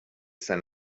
san